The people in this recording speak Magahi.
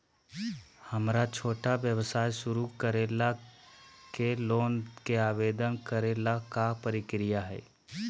हमरा छोटा व्यवसाय शुरू करे ला के लोन के आवेदन करे ल का प्रक्रिया हई?